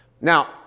Now